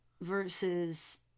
versus